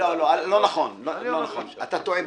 לא נכון, אתה טועה.